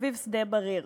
סביב שדה-בריר,